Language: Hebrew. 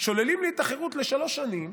שוללים לי את החירות לשלוש שנים,